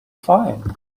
find